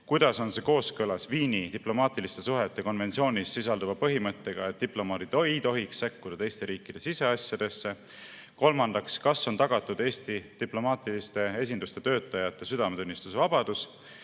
Kuidas on see kooskõlas Viini diplomaatiliste suhete konventsioonis sisalduva põhimõttega, et diplomaadid ei tohiks sekkuda teiste riikide siseasjadesse? Kolmandaks, kas on tagatud Eesti diplomaatiliste esinduste töötajate südametunnistusvabadus?